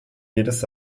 jedes